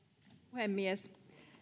puhemies